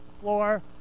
floor